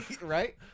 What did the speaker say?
right